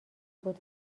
بود